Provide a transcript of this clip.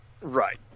Right